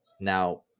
now